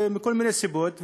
שמכל מיני סיבות,